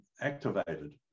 activated